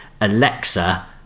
Alexa